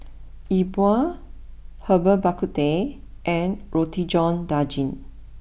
Yi Bua Herbal Bak Ku Teh and Roti John Daging